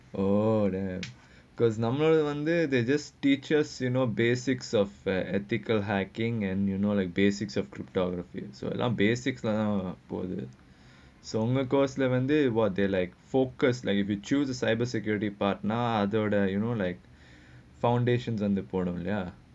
oh there because number one there they just teaches you know basics of ethical hacking and you know like basics of cryptography so allow basics lah so because I wonder what they like focused like if you choose to cyber security partner other than you know like foundations on the point of lah